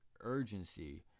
urgency